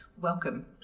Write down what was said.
Welcome